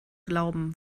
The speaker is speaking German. glauben